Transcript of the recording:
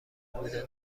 بودن